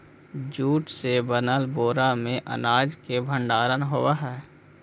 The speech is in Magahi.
जूट से बनल बोरा में अनाज के भण्डारण होवऽ हइ